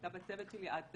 הייתה בצוות שלי עד הקיץ,